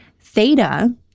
Theta